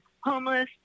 homeless